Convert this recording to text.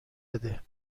بده